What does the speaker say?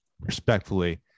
Respectfully